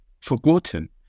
forgotten